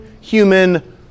human